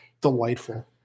delightful